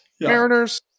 Mariners